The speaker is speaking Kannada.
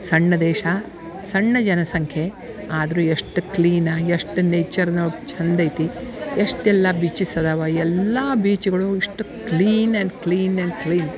ಸಣ್ಣ ದೇಶ ಸಣ್ಣ ಜನಸಂಖ್ಯೆ ಆದರೂ ಎಷ್ಟು ಕ್ಲೀನಾಗಿ ಅಷ್ಟು ನೇಚರ್ನವ ಚಂದ ಐತಿ ಎಷ್ಟೆಲ್ಲಾ ಬೀಚಿಸ್ ಅದಾವ ಎಲ್ಲಾ ಬೀಚ್ಗಳು ಎಷ್ಟು clean and clean and clean